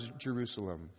Jerusalem